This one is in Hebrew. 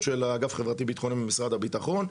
של האגף חברתי-ביטחוני במשרד הביטחון.